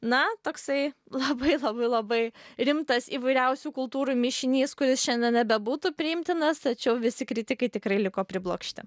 na toksai labai labai labai rimtas įvairiausių kultūrų mišinys kuris šiandien nebebūtų priimtinas tačiau visi kritikai tikrai liko priblokšti